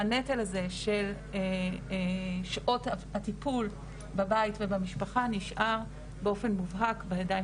והנטל הזה של שעות הטיפול בבית ובמשפחה נשאר באופן מובהק בידיים